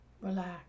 Relax